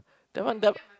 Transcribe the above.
that one th~